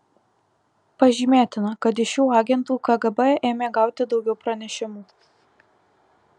pažymėtina kad iš šių agentų kgb ėmė gauti daugiau pranešimų